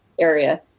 area